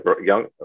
young